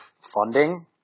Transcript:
funding